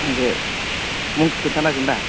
मुंखो मुंखो खोन्थानो हागोनदा